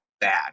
bad